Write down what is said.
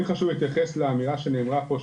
כן חשוב להתייחס לאמירה שנאמרה פה,